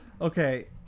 okay